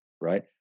right